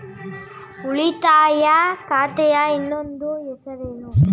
ಉಳಿತಾಯ ಖಾತೆಯ ಇನ್ನೊಂದು ಹೆಸರೇನು?